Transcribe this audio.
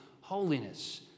holiness